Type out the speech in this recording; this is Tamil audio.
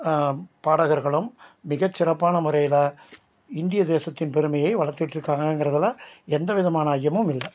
பாடகர்களும் மிகச்சிறப்பான முறையில் இந்திய தேசத்தின் பெருமையை வளர்த்துட்ருக்காங்கங்கிறதுல எந்த விதமான ஐயமும் இல்லை